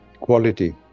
quality